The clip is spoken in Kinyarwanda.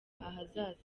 ahazaza